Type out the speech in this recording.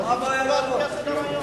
אין בעיה, תן לו לדבר.